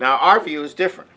now our view is different